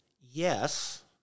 yes